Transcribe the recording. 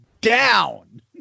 down